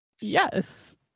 yes